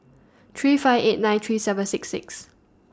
three five eight nine three seven six six